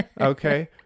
okay